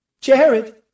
Jared